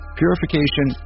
purification